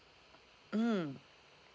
mm